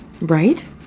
Right